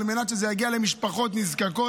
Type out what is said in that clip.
על מנת שזה יגיע למשפחות נזקקות,